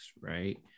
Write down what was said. right